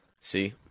See